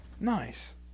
nice